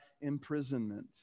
imprisonment